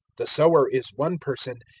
the sower is one person,